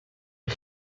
est